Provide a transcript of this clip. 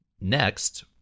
Next